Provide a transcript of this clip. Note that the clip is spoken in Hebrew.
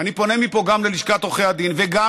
ואני פונה מפה גם ללשכת עורכי הדין וגם